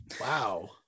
wow